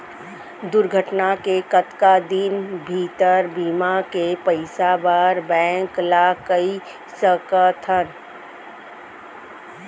दुर्घटना के कतका दिन भीतर बीमा के पइसा बर बैंक ल कई सकथन?